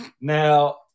Now